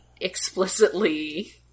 explicitly